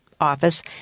office